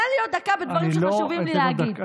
תן לי עוד דקה בדברים שחשובים לי להגיד.